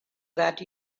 that